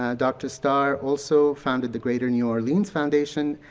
ah dr. starr also founded the greater new orleans foundation,